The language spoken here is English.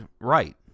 right